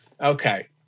Okay